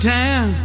town